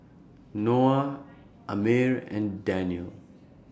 Noah Ammir and Danial